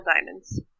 Diamonds